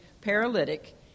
paralytic